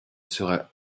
sera